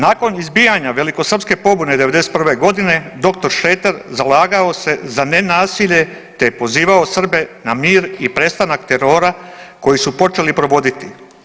Nakon izbijanja velikosrpske pobune '91. godine dr. Šreter zalagao se za nenasilje, te pozivao Srbe na mir i prestanak terora koji su počeli provoditi.